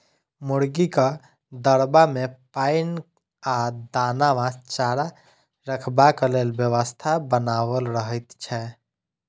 मुर्गीक दरबा मे पाइन आ दाना वा चारा रखबाक लेल व्यवस्था बनाओल रहैत छै